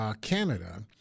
Canada